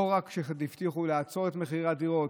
לא רק שהבטיחו לעצור את מחיר הדירות,